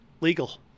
Legal